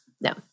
no